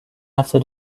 after